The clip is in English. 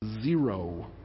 Zero